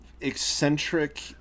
eccentric